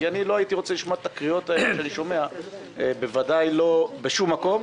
כי אני לא הייתי רוצה לשמוע את הקריאות האלה שאני שומע בשום מקום,